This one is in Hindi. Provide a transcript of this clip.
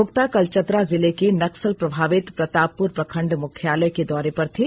भोक्ता कल चतरा जिले के नक्सल प्रभावित प्रतापपुर प्रखंड मुख्यालय के दौरे पर थे